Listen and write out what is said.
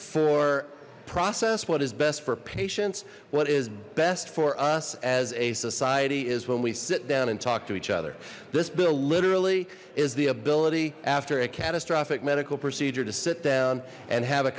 for process what is best for patients what is best for us as a society is when we sit down and talk to each other this bill literally is the ability after a catastrophic medical procedure to sit down and have a